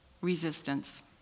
resistance